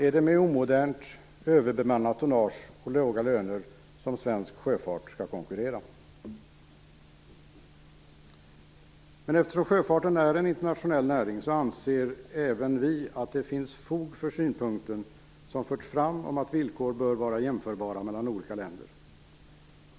Är det med omodernt överbemannat tonnage och låga löner som svensk sjöfart skall konkurrera? Eftersom sjöfarten är en internationell näring anser även vi att det finns fog för synpunkten som har förts fram om att villkor bör vara jämförbara mellan olika länder.